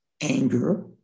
anger